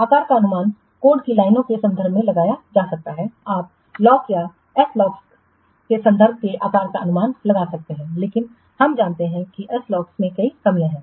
आकार का अनुमान कोड की लाइनों के संदर्भ में लगाया जा सकता है आप LOC या SLOC के संदर्भ में आकार का अनुमान लगा सकते हैं लेकिन हम जानते हैं कि SLOC में कई कमियां हैं